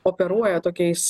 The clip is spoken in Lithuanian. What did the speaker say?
operuoja tokiais